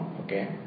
okay